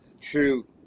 true